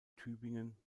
tübingen